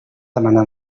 demana